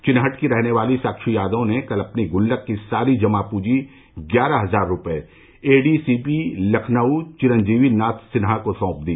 चिनहट की रहने वाली साक्षी यादव ने कल अपने गुल्लक की सारी जमा प्रंजी ग्यारह हजार रूपये एडीसीपी लखनऊ चिरंजीवी नाथ सिन्हा को सौंप दी